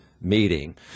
meeting